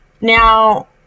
now